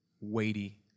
weighty